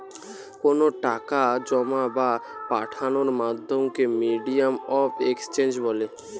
কোনো টাকা জোমা বা পাঠানোর মাধ্যমকে মিডিয়াম অফ এক্সচেঞ্জ বলে